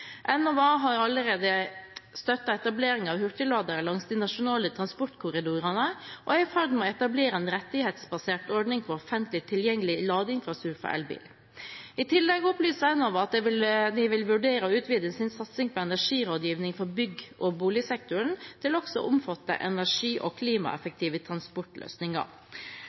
har allerede støttet etableringen av hurtigladere langs de nasjonale transportkorridorene og er i ferd med å etablere en rettighetsbasert ordning for offentlig tilgjengelig ladeinfrastruktur for elbil. I tillegg opplyser Enova at de vil vurdere å utvide sin satsing på energirådgiving for bygg- og boligsektoren til også å omfatte energi- og klimaeffektive transportløsninger.